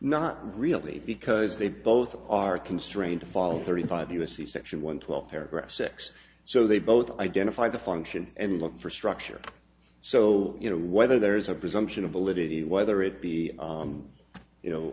not really because they both are constrained to follow thirty five u s c section one twelve paragraph six so they both identify the function and look for structure so you know whether there is a presumption ability whether it be you know